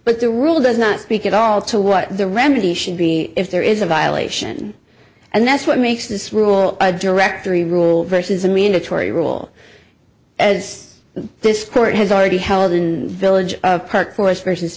but the rule does not speak at all to what the remedy should be if there is a violation and that's what makes this rule a directory rule versus a mandatory rule as this court has already held in village of park forest versus